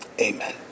Amen